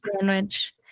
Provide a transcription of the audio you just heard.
sandwich